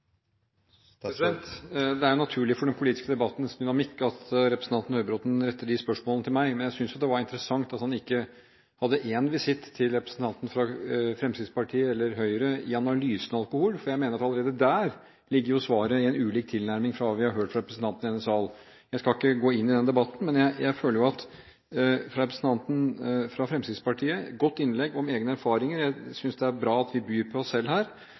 Det er naturlig for den politiske debattens dynamikk at representanten Høybråten retter disse spørsmålene til meg, men jeg synes det er interessant at han ikke hadde én visitt til representantene fra Fremskrittspartiet eller Høyre vedrørende analysen av alkohol. Jeg mener at allerede her ligger svaret, med en ulik tilnærming, ut fra det vi har hørt fra representantene i denne sal. Jeg skal ikke gå inn i den debatten. Representanten fra Fremskrittspartiet har et godt innlegg om egne erfaringer – jeg synes det er bra at vi byr på oss selv her